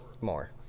more